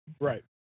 Right